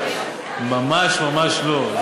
ממש ממש לא.